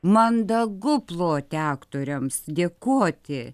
mandagu ploti aktoriams dėkoti